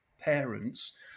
parents